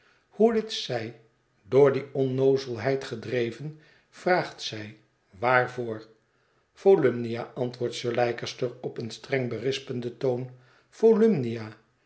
hoe dit zij door die onnoozelheid gedreven vraagt zij waarvoor volumnia antwoordt sir leicester op een streng berispenden toon volumnia